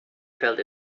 felt